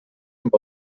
amb